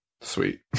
sweet